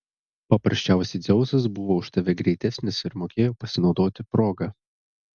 paprasčiausiai dzeusas buvo už tave greitesnis ir mokėjo pasinaudoti proga